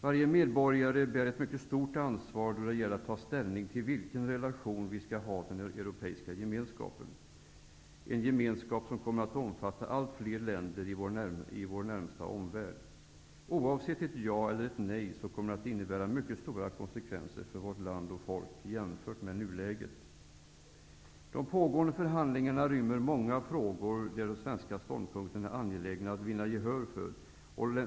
Varje medborgare bär ett mycket stort ansvar då det gäller att ta ställning till vilken relation vi skall ha till den europeiska gemenskapen, en gemenskap som kommer att omfatta allt fler länder i vår närmaste omvärld. Oavsett om det blir ett ja eller nej kommer det att innebära mycket stora konsekvenser för vårt land och folk -- jämfört med nuläget. De pågående förhandlingarna rymmer många frågor där det är angeläget att vinna gehör för de svenska ståndpunkterna.